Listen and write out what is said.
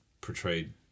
portrayed